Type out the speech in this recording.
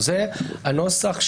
האיסור הוא על פרסום או על צילום?